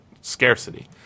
scarcity